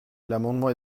l’amendement